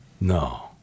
No